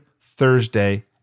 Thursday